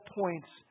points